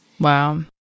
Wow